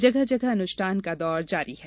जगह जगह अनुष्ठान का दौर जारी है